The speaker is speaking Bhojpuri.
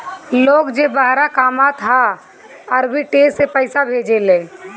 लोग जे बहरा कामत हअ उ आर्बिट्रेज से पईसा भेजेला